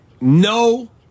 no